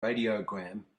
radiogram